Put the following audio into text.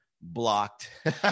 Blocked